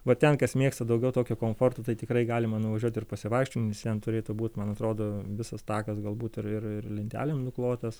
va ten kas mėgsta daugiau tokio komforto tai tikrai galima nuvažiuot ir pasivaikščiot vis vien turėtų būt man atrodo visas takas galbūt ir ir ir lentelėm nuklotas